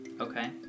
Okay